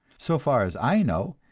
so far as i know,